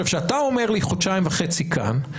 כשאתה אומר לי חודשיים וחצי כאן,